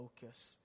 focus